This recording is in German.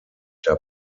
der